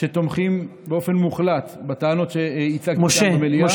שתומכים באופן מוחלט בטענות שהצגתי במליאה.